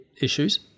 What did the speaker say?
issues